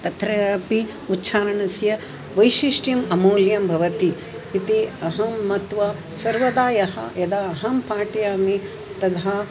तत्रापि उच्चारणस्य वैशिष्ट्यम् अमूल्यं भवति इति अहं मत्वा सर्वदा यः यदा अहं पाठयामि तदा